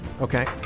Okay